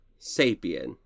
Sapien